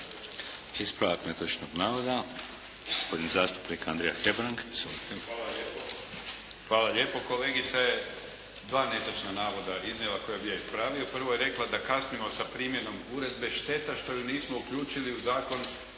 Ispravak netočnog navoda, gospodin zastupnik Andrija Hebrang. Izvolite. **Hebrang, Andrija (HDZ)** Hvala lijepo. Kolegica je dva netočna navoda iznijela koja bi ja ispravio. Prvo je rekla da kasnimo sa primjenom uredbe. Šteta što ju nismo uključili u zakon